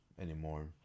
anymore